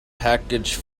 package